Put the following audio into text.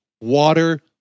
water